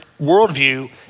worldview